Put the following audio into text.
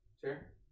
sure